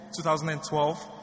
2012